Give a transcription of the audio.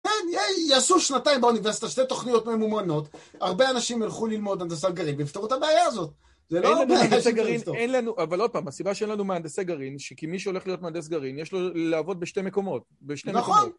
כן, יעשו שנתיים באוניברסיטה, שתי תוכניות ממומנות, הרבה אנשים ילכו ללמוד הנדסה גרעינית, ויפתרו את הבעיה הזאת. זה לא מה שצריך לפתור. אבל עוד פעם, הסיבה שאין לנו מהנדסי גרעין, זה כי מי שהולך להיות מהנדס גרעין, יש לו לעבוד בשתי מקומות. נכון.